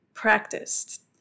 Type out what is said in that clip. practiced